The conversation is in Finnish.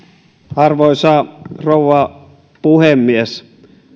arvoisa rouva puhemies